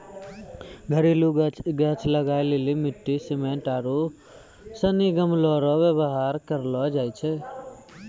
घरेलू गाछ लगाय लेली मिट्टी, सिमेन्ट आरू सनी गमलो रो वेवहार करलो जाय छै